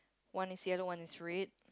one is yellow one is red